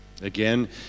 Again